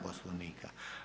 Poslovnika.